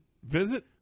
visit